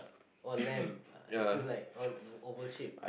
or lamp it's look like o~ oval shape